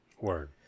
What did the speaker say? word